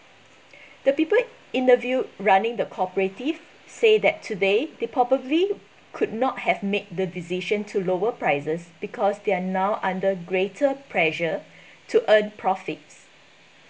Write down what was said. the people interviewed running the cooperative say that today they probably could not have made the decision to lower prices because they're now under greater pressure to earn profits